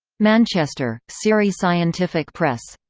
manchester siri scientific press.